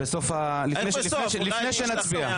בסוף, לפני שנצביע.